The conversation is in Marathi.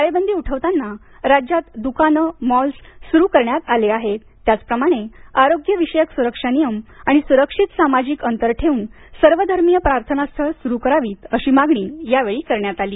टाळेबंदी उठवतांना राज्यात दुकानं मॉल्स सुरु करण्यात आले आहेत त्याच प्रमाणे आरोग्य विषयक स्रक्षा नियम आणि स्रक्षित सामाजिक अंतर ठेऊन सर्व धर्मीय प्रार्थनास्थळं सूरू करावीत अशी मागणी यावेळी करण्यात आली